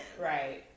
Right